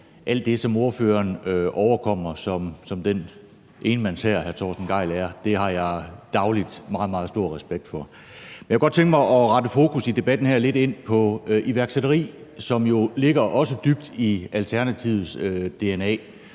alt det, som ordføreren overkommer som den enmandshær, hr. Torsten Gejl er. Det har jeg dagligt meget, meget stor respekt for. Jeg kunne godt tænke mig at rette fokus i debatten lidt ind på iværksætteri, som jo også ligger dybt i Alternativets dna,